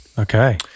Okay